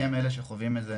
כי הם אלה שחווים את זה